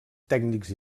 tècnics